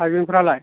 थाइबेंफ्रालाय